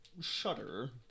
Shutter